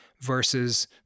versus